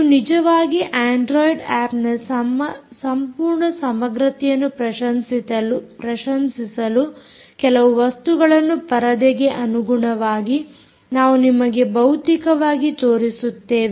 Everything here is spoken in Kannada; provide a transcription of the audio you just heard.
ನೀವು ನಿಜವಾಗಿ ಅಂಡ್ರೊಯಿಡ್ ಆಪ್ನ ಸಂಪೂರ್ಣ ಸಮಗ್ರತೆಯನ್ನು ಪ್ರಶಂಶಿಸಲು ಕೆಲವು ವಸ್ತುಗಳನ್ನು ಪರದೆಗೆ ಅನುಗುಣವಾಗಿ ನಾವು ನಿಮಗೆ ಭೌತಿಕವಾಗಿ ತೋರಿಸುತ್ತೇವೆ